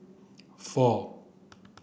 four